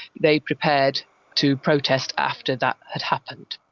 they prepared to protest after that had happened.